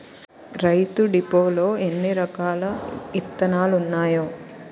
రైతు డిపోలో ఎన్నిరకాల ఇత్తనాలున్నాయో